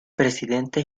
presidente